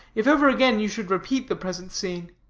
if ever again you should repeat the present scene.